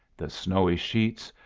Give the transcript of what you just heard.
the snowy sheets,